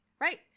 Right